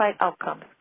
outcomes